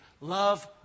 love